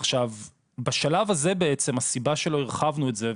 בעצם הסיבה שלא הרחבנו את זה,